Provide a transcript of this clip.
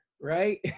right